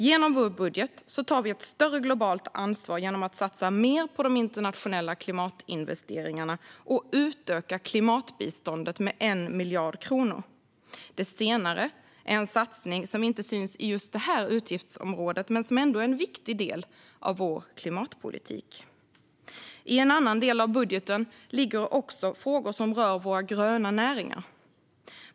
Genom vår budget tar vi ett större globalt ansvar genom att satsa mer på de internationella klimatinvesteringarna och utöka klimatbiståndet med 1 miljard kronor. Det senare är en satsning som inte syns i just detta utgiftsområde men som ändå är en viktig del av vår klimatpolitik. I en annan del av budgeten ligger också frågor som rör våra gröna näringar.